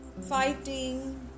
fighting